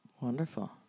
Wonderful